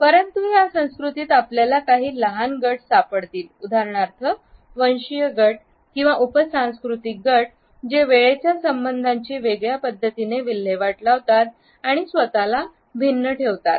परंतु त्या संस्कृतीत आपल्याला काही लहान गट सापडतील उदाहरणार्थ वंशीय गट किंवा उप सांस्कृतिक गट जे वेळेचा संबंधांची वेगळ्या पद्धतीने विल्हेवाट लावतात आणि स्वतःला भिन्न ठेवतात